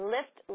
Lift